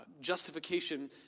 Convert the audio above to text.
Justification